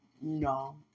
No